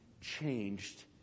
changed